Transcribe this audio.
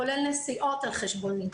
כולל נסיעות על חשבוני,